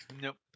Nope